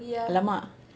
!alamak!